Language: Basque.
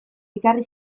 ekarri